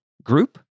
group